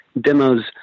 demos